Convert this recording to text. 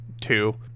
two